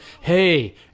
hey